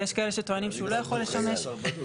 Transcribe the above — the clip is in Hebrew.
ויש כאלה שטוענים שהוא לא יכול לשמש למיחזור